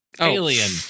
Alien